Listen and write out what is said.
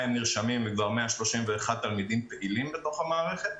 נרשמים וכבר 131 תלמידים פעילים בתוך המערכת.